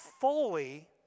fully